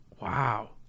wow